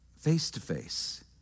face-to-face